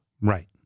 Right